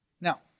Now